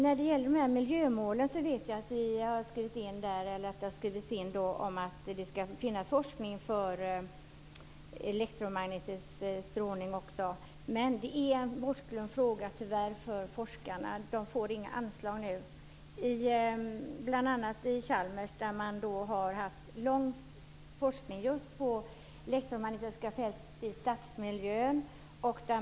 När det gäller miljömålen vet jag att det har skrivits in att det ska finnas forskning om elektromagnetisk strålning också. Men det är tyvärr en bortglömd fråga, för forskarna får inga anslag. Bl.a. vid Chalmers har man länge bedrivit forskning just på elektromagnetiska fält i stadsmiljö.